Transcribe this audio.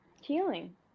healing